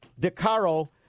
DeCaro